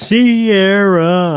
Sierra